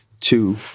two